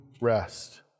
rest